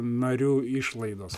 narių išlaidos